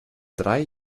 drei